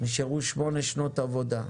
נשארו שמונה שנות עבודה,